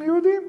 אנחנו יהודים.